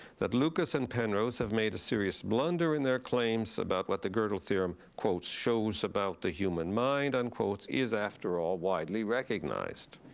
that lucas and penrose have made a serious blunder in their claims about what the godel theorem, quote, shows about the human mind, unquote, is after all widely recognized,